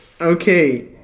Okay